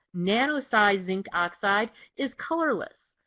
nanosized zinc oxide is colorless.